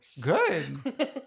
Good